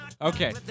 Okay